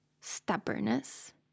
stubbornness